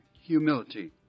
humility